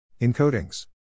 Encodings